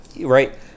right